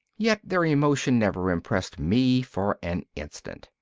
yet their emotion never impressed me for an instant,